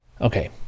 Okay